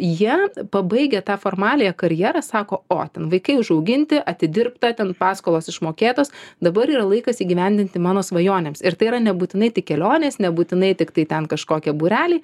jie pabaigę tą formaliąją karjerą sako o ten vaikai užauginti atidirbta ten paskolos išmokėtos dabar yra laikas įgyvendinti mano svajonėms ir tai yra nebūtinai tik kelionės nebūtinai tiktai ten kažkokie būreliai